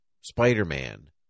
Spider-Man –